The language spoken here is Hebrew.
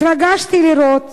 התרגשתי לראות